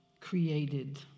created